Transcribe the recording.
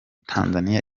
tanzania